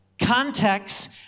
Context